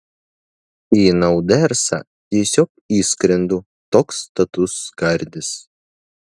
į naudersą tiesiog įskrendu toks status skardis